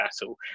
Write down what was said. battle